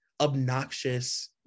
obnoxious